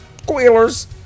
Squealers